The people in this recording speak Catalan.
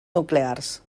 nuclears